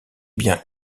bien